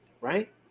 right